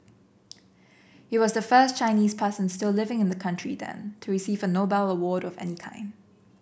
he was the first Chinese person still living in the country then to receive a Nobel award of any kind